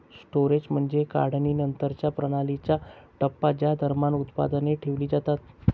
storage म्हणजे काढणीनंतरच्या प्रणालीचा टप्पा ज्या दरम्यान उत्पादने ठेवली जातात